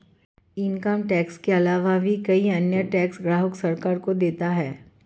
income tax के आलावा भी कई अन्य टैक्स ग्राहक सरकार को देता है